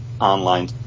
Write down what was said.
online